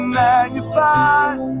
magnified